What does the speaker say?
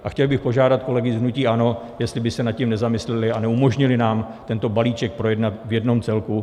A chtěl bych požádat kolegy z hnutí ANO, jestli by se nad tím nezamysleli a neumožnili nám tento balíček projednat v jednom celku.